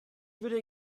würde